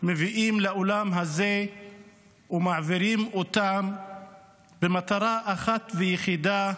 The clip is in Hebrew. מביאים לאולם הזה ומעבירים אותם במטרה אחת ויחידה,